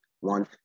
one